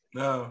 no